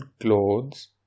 clothes